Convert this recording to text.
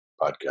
podcast